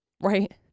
Right